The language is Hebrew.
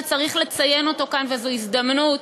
שצריך לציין אותו כאן וזאת הזדמנות,